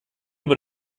über